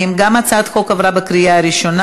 זה לא הגיוני שהצעה אחת תהיה פה ואחת תהיה שם.